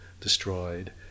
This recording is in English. destroyed